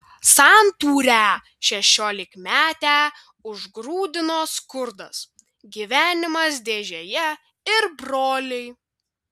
santūrią šešiolikmetę užgrūdino skurdas gyvenimas dėžėje ir broliai